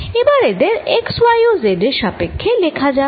এবার এদের x y ও z এর সাপক্ষ্যে লেখা যাক